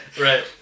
Right